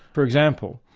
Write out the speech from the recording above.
for example,